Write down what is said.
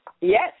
Yes